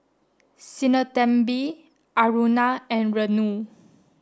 Sinnathamby Aruna and Renu